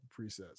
presets